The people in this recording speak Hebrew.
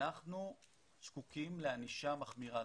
אנחנו זקוקים לענישה מחמירה,